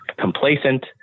complacent